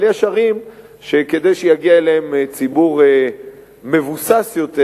אבל יש ערים שכדי שיגיע אליהן ציבור מבוסס יותר